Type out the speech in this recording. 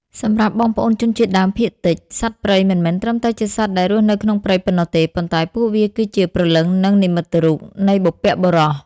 សម្រាប់បងប្អូនជនជាតិដើមភាគតិច សត្វព្រៃមិនមែនត្រឹមតែជាសត្វដែលរស់នៅក្នុងព្រៃប៉ុណ្ណោះទេ ប៉ុន្តែពួកវាគឺជា "ព្រលឹង" និង "និមិត្តរូប" នៃបុព្វបុរស។